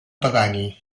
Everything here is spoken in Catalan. pedani